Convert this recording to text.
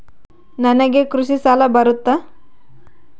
ನನಗೆ ಕೃಷಿ ಸಾಲ ಬರುತ್ತಾ?